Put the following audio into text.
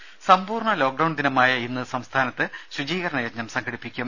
രുമ സമ്പൂർണ്ണ ലോക്ഡൌൺ ദിനമായ ഇന്ന് സംസ്ഥാനത്ത് ശുചീകരണ യജ്ഞം സംഘടിപ്പിക്കും